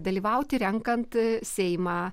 dalyvauti renkant seimą